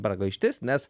pragaištis nes